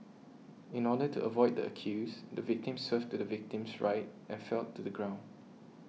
in order to avoid the accused the victim swerved to the victim's right and fell to the ground